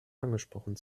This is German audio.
angesprochen